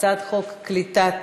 הצעת חוק קליטת